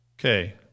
Okay